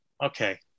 Okay